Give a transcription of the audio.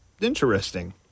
interesting